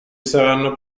saranno